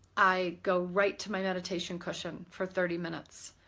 i go right to my meditation cushion for thirty minutes,